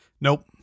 Nope